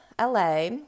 LA